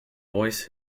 voice